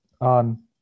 on